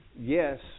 yes